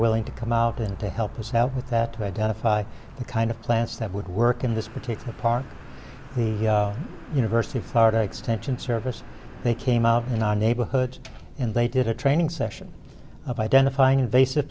willing to come out there to help us out with that to identify the kind of plants that would work in this particular park the university of florida extension service they came out in the neighborhood and they did a training session of identifying invasive